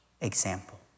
example